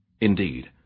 Indeed